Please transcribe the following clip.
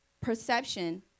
perception